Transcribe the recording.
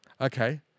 Okay